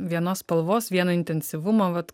vienos spalvos vieno intensyvumo vat